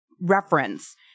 reference